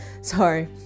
sorry